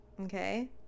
Okay